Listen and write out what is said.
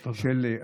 תודה.